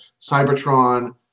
Cybertron